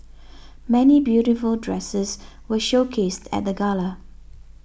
many beautiful dresses were showcased at the gala